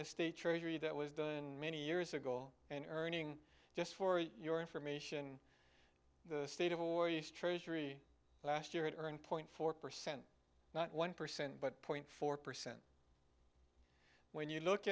the state treasury that was many years ago and earning just for your information the state of war yes treasury last year it earned point four percent not one percent but point four percent when you look